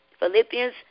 Philippians